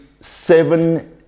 seven